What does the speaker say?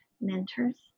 mentors